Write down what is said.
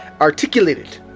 articulated